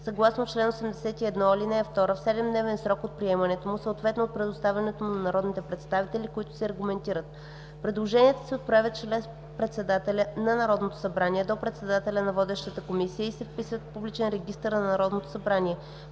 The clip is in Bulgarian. съгласно чл. 81, ал, 2 в 7-дневен срок от приемането му, съответно от предоставянето му на народните представители, които се аргументират. Предложенията се отправят чрез председателя на Народното събрание до председателя на водещата комисия и се вписват в публичен регистър на Народното събрание.